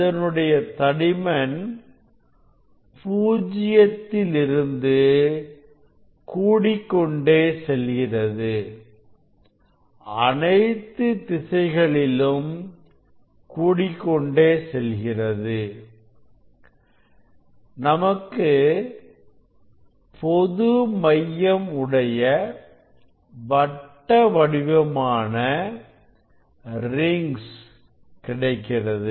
இதனுடைய தடிமன் பூஜ்ஜியத்தில் இருந்து கூடிக் கொண்டே செல்கிறது அனைத்து திசைகளிலும் கூடிக் கொண்டே செல்கிறது நமக்கு பொது மையம் உடைய வட்ட வடிவமான ரிங்ஸ் கிடைக்கிறது